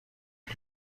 غرق